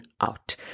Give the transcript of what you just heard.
out